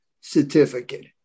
certificate